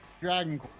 Dragon